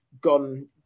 gone